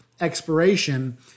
expiration